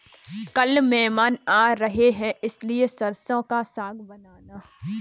कल मेहमान आ रहे हैं इसलिए सरसों का साग बनाना